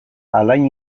alain